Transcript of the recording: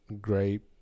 great